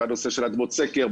בנושא של אדמות סקר,